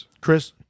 Chris